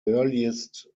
earliest